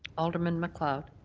alderman macleod.